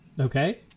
Okay